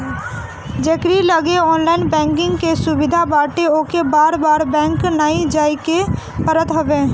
जेकरी लगे online banking के सुविधा बाटे ओके बार बार बैंक नाइ जाए के पड़त हवे